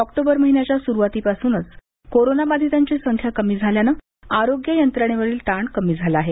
October महिन्याच्या सुरूवातीपासूनच कोरोनावाधितांची संख्या कमी झाल्याने आरोग्य यंत्रणेवरील ताण कमी झाला आहे